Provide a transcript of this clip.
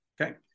Okay